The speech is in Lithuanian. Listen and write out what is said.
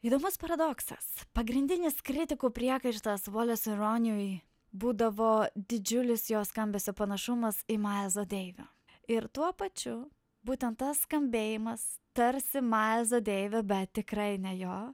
įdomus paradoksas pagrindinis kritikų priekaištas voleso ironijoj būdavo didžiulis jo skambesio panašumas į mailzą deivio ir tuo pačiu būtent tas skambėjimas tarsi mailzo deivio bet tikrai ne jo